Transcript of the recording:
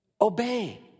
obey